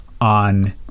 on